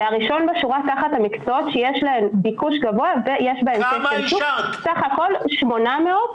כל אלה הם מקצועות שיש להם ביקוש בשוק ויש גם כשל שוק בהקשר של שכר נמוך